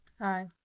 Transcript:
hi